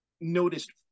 noticed